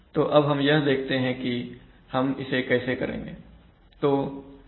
तो अब हम यह देखते हैं कि हम इसे कैसे करेंगे ठीक है